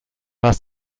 hast